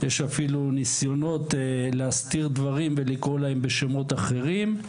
יש אפילו ניסיונות להסתיר דברים ולקרוא להם בשמות אחרים,